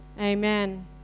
Amen